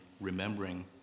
remembering